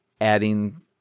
adding